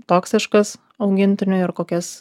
toksiškas augintiniui ir kokias